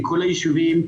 מכל היישובים.